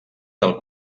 del